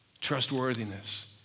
trustworthiness